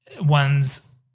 one's